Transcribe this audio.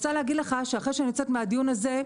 אחרי שאני יוצאת מהדיון הזה,